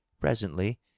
Presently